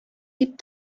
дип